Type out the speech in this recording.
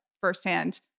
firsthand